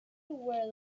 where